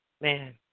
Man